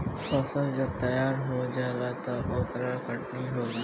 फसल जब तैयार हो जाला त ओकर कटनी होला